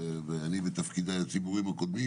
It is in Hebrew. ועשיתי זאת בתפקידי הציבוריים הקודמים,